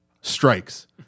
Strikes